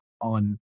on